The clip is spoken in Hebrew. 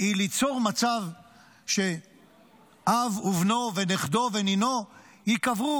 היא ליצור מצב שאב ובנו ונכדו ונינו ייקברו,